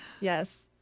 Yes